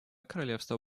королевства